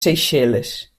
seychelles